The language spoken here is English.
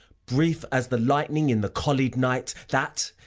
brief as the lightning in the collied night that,